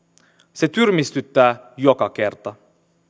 se tyrmistyttää joka kerta